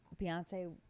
Beyonce